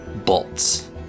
bolts